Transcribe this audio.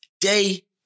day